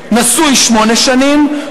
נשוי שמונה שנים,